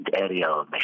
aerial